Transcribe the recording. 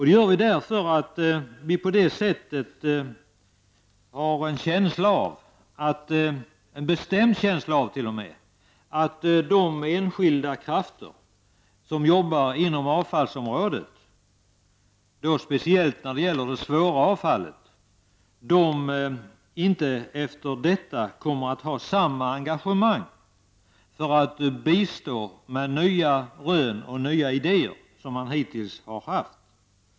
Det gör vi därför att vi har en bestämd känsla av att de enskilda krafter som jobbar inom avfallsområdet, speciellt när det gäller det svåra avfallet, efter detta inte kommer att ha samma engagemang för att bistå med nya rön och idéer som man hittills haft.